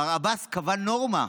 מר עבאס קבע נורמה,